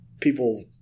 people